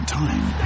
time